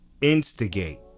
instigate